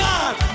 God